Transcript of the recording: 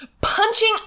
punching